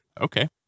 okay